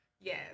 Yes